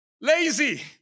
lazy